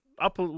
up